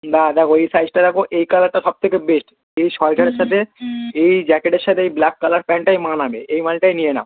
দাদা দেখো এই সাইজটা দেখো এই কালারটা সব থেকে বেস্ট এই সোয়েটারের সাথে এই জ্যাকেটের সাথে এই ব্ল্যাক কালার প্যান্টটাই মানাবে এই মালটাই নিয়ে নাও